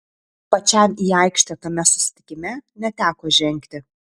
pačiam į aikštę tame susitikime neteko žengti